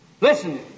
Listen